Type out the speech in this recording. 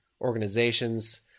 organizations